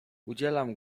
udzielam